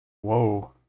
whoa